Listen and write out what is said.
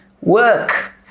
work